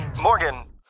Morgan